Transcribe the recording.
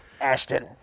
Ashton